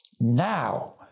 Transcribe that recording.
Now